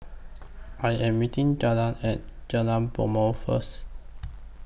I Am meeting Delmar At Jalan Bumbong First